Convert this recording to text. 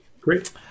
Great